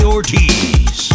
Ortiz